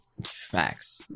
Facts